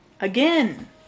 again